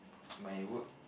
my work